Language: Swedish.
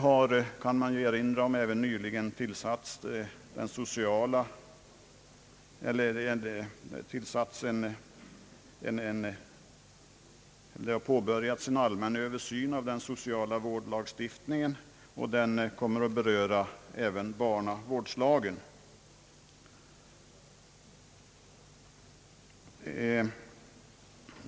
Man kan även erinra om att det nyligen påbörjas en allmän översyn av socialvårdslagstiftningen, som kommer att beröra även barnavårdslagen.